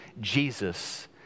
Jesus